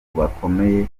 bakomeye